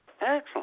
Excellent